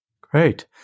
Great